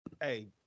Hey